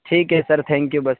ٹھیک ہے sir thank you بس